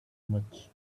much